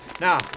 Now